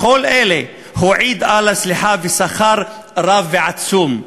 לכל אלה הועיד אללה סליחה ושכר רב ועצום.